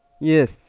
Yes